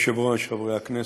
אדוני היושב-ראש, חברי הכנסת,